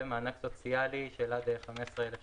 ומענק סוציאלי של עד 15,000 שקל,